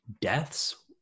deaths